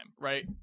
right